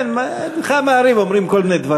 מנחה וערבית.